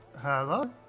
Hello